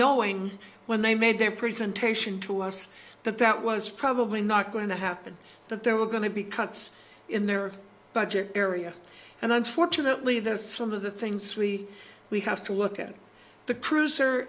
knowing when they made their presentation to us that that was probably not going to happen that there were going to be cuts in their budget area and unfortunately there's some of the things we we have to look at the cruiser